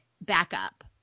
backup